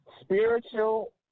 spiritual